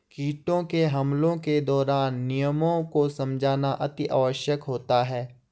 कीटों के हमलों के दौरान नियमों को समझना अति आवश्यक होता है